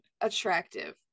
attractive